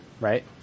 right